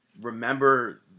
Remember